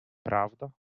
prawda